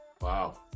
Wow